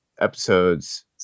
episodes